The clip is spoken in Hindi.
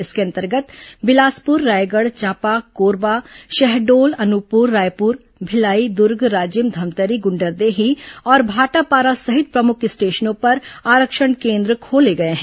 इसके अंतर्गत बिलासपुर रायगढ चांपा कोरबा शहडोल अनुपपुर रायपुर भिलाई दर्ग राजिम धमतरो गण्डरदेही और भाटापारा सहित प्रमुख स्टेशनों पर आरक्षण केन्द्र खोले गए हैं